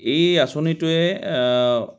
এই আঁচনিটোৱে